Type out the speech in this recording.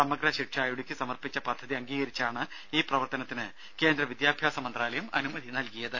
സമഗ്രശിക്ഷ ഇടുക്കി സമർപ്പിച്ച പദ്ധതി അംഗീകരിച്ചാണ് ഈ പ്രവർത്തനത്തിന് കേന്ദ്ര വിദ്യാഭ്യാസ മന്ത്രാലയം അനുമതി നൽകിയത്